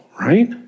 right